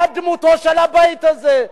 אני, מה דמותו של הבית הזה?